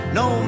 no